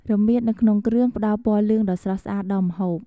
រមៀតនៅក្នុងគ្រឿងផ្ដល់ពណ៌លឿងដ៏ស្រស់ស្អាតដល់ម្ហូប។